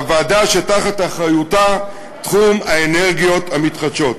הוועדה שתחת אחריותה תחום האנרגיות המתחדשות.